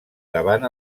davant